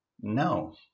No